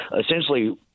essentially